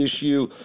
issue